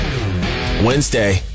Wednesday